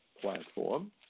platform